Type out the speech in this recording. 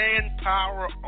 manpower